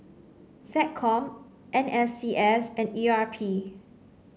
SecCom N S C S and E R P